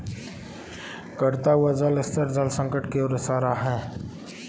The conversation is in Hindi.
घटता हुआ जल स्तर जल संकट की ओर इशारा है